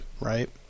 right